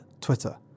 Twitter